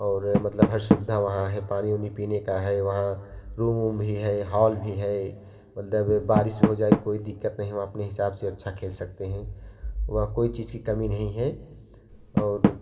और मतलब हर सुविधा वहाँ है पानी वानी पीने का है वहाँ रूम वूम भी हैं हॉल भी हैं मतलब बारिश हो जाए कोई दिक्कत नहीं हम अपने हिसाब से अच्छा खेल सकते हैं वहाँ कोई चीज़ की कमी नहीं हैं और